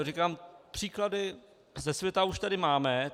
Říkám, příklady ze světa už tady máme.